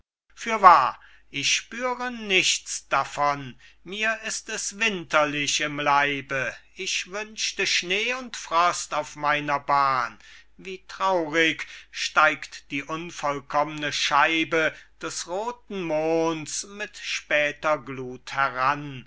fürwahr ich spüre nichts davon mir ist es winterlich im leibe ich wünschte schnee und frost auf meiner bahn wie traurig steigt die unvollkommne scheibe des rothen monds mit später gluth heran